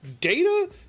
data